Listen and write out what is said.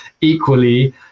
equally